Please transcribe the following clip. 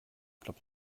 glaube